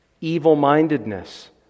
evil-mindedness